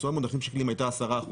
התשואה במונחים שקליים הייתה 10%,